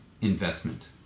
investment